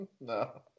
No